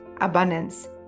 abundance